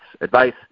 advice